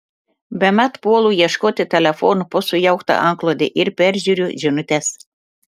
bemat puolu ieškoti telefono po sujaukta antklode ir peržiūriu žinutes